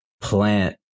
plant